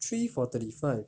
three for thirty five